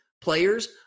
players